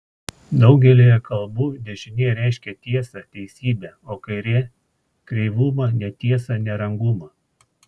daugelyje kalbų dešinė reiškia tiesą teisybę o kairė kreivumą netiesą nerangumą